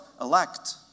elect